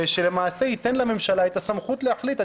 שלמעשה ייתן לממשלה את הסמכות להחליט.